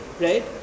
Right